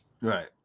right